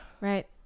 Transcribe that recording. Right